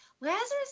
Lazarus